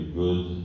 good